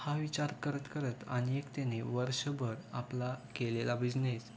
हा विचार करत करत आणि एक त्याने वर्षभर आपला केलेला बिझनेस